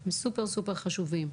הם סופר חשובים.